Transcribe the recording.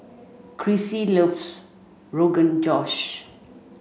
Crissie loves Rogan Josh